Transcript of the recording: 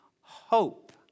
hope